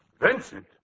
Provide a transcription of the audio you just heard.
Vincent